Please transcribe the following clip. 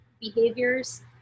behaviors